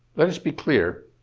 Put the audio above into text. let us be clear.